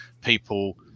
People